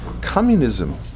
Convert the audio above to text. Communism